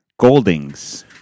Goldings